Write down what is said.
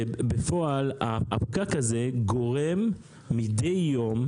ובפועל הפקק הזה גורם מדי יום